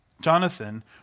Jonathan